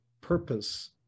purpose